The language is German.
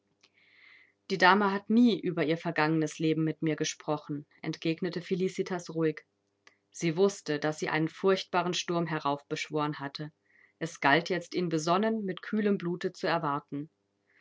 die dame hat nie über ihr vergangenes leben mit mir gesprochen entgegnete felicitas ruhig sie wußte daß sie einen furchtbaren sturm heraufbeschworen hatte es galt jetzt ihn besonnen mit kühlem blute zu erwarten